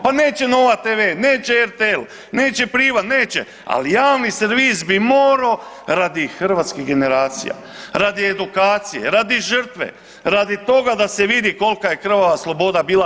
Pa neće NOVA tv, neće RTV, neće …/nerazumljivo/… neće, ali javni servis bi morao radi hrvatskih generacija, radi edukacije, radi žrtve, radi toga da se vidi kolika je krvava sloboda bila.